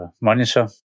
monitor